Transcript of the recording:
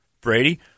Brady